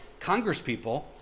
congresspeople